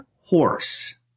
horse